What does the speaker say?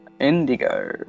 Indigo